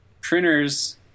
printers